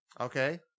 Okay